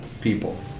people